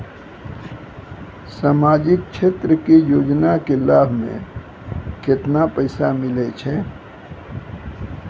समाजिक क्षेत्र के योजना के लाभ मे केतना पैसा मिलै छै?